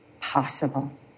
possible